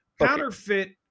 counterfeit